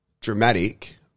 dramatic